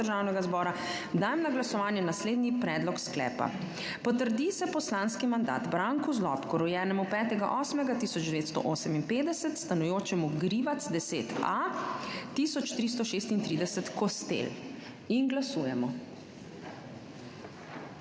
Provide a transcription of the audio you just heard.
Državnega zbora dajem na glasovanje naslednji predlog sklepa: Potrdi se poslanski mandat Branku Zlobku, rojenemu 5. 8. 1958, stanujočemu Grivec 10a, 1336 Kostel. Glasujemo.